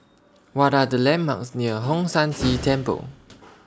What Are The landmarks near Hong San See Temple